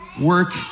work